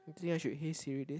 you think I should hey Siri this